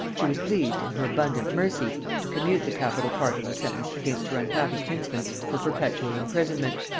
she was pleased, in her abundant mercy, to commute the capital part of the sentence against her unhappy kinsman for perpetual imprisonment,